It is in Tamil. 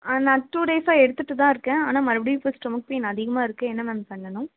ஆ நான் டூ டேஸாக எடுத்துட்டு தான் இருக்கேன் ஆனால் மறுபடியும் இப்போ ஸ்டொமக் பெயின் அதிகமாக இருக்குது என்ன மேம் பண்ணணும்